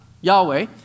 Yahweh